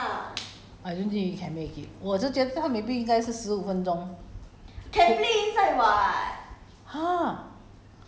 no lah toilet leh toilet break leh no toilet break I don't think he can make it 我是觉得是他 maybe 应该是十五分钟